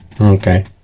Okay